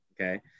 Okay